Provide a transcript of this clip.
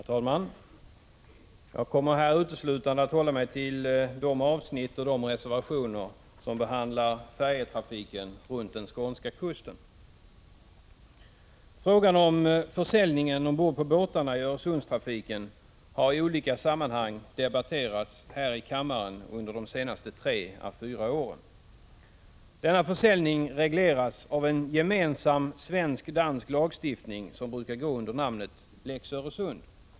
Herr talman! Jag kommer här uteslutande att hålla mig till de avsnitt och de reservationer som handlar om färjetrafiken runt den skånska kusten. Frågan om försäljningen ombord på båtarna i Öresundstrafiken har i olika sammanhang debatterats här i kammaren under de senaste tre fyra åren. Denna försäljning regleras av en gemensam svensk-dansk lagstiftning som brukar gå under namnet Lex Öresund.